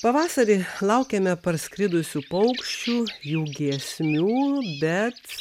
pavasarį laukiame parskridusių paukščių jų giesmių bet